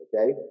Okay